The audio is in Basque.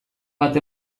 bat